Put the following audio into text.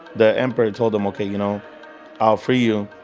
the emperor told him, ok you know i'll free you.